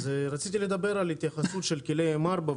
אז רציתי לדבר על התייחסות של כלי M4,